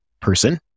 person